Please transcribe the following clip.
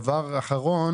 דבר אחרון